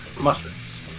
mushrooms